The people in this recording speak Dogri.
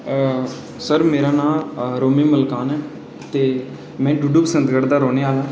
सर मेरा नांऽ रोमी मलकान ऐ ते में डुड्डू बसंतगढ़ दा रौंह्ने आह्ला